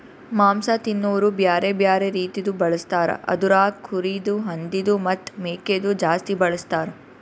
ಮಾಂಸ ತಿನೋರು ಬ್ಯಾರೆ ಬ್ಯಾರೆ ರೀತಿದು ಬಳಸ್ತಾರ್ ಅದುರಾಗ್ ಕುರಿದು, ಹಂದಿದು ಮತ್ತ್ ಮೇಕೆದು ಜಾಸ್ತಿ ಬಳಸ್ತಾರ್